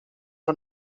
van